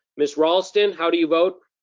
miss raulston, how do you vote?